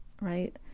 right